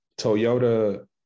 toyota